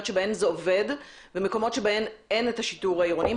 שבהן זה עובד ומקומות שבהן אין את השיטור העירוני.